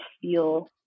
feel